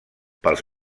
pels